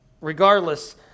Regardless